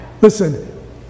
Listen